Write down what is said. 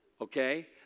okay